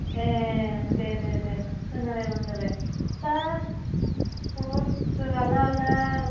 ए दे दे दे फोना नायबानो जाबाय दा बहुद आलादा आलादा